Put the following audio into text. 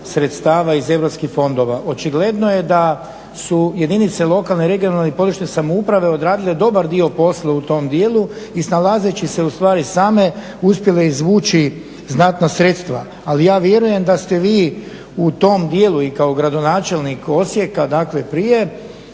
sredstava iz europskih fondova. Očigledno je da su jedinice lokalne, regionalne i područne samouprave odradile dobar dio posla u tom dijelu i snalazeći se ustvari same uspjele izvući znatna sredstva. Ali ja vjerujem da ste vi u tom dijelu i kao gradonačelnik Osijeka dakle prije